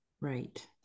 Right